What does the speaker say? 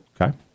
Okay